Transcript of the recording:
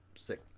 Sick